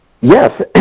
Yes